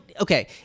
okay